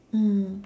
mm